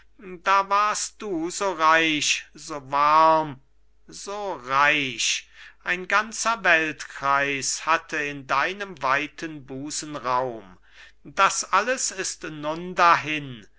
da warst du so reich so warm so reich ein ganzer weltkreis hatte in deinem weiten busen raum das alles ist nun dahin